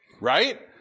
Right